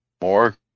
More